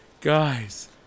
Guys